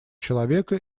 человека